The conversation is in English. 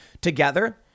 together